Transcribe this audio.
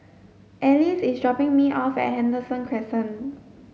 Alyse is dropping me off at Henderson Crescent